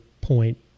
point